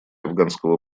афганского